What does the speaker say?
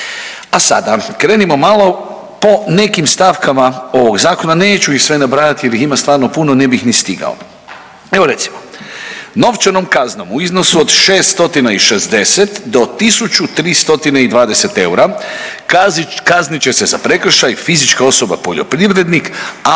A sada krenimo malo po nekim stavkama ovog zakona, neću ih sve nabrajati jel ih ima stvarno puno, ne bih ni stigao. Evo recimo, novčanom kaznom u iznosu od 6 stotina i 60 do tisuću 3 stotine i 20 eura kaznit će se za prekršaj fizička osoba poljoprivrednik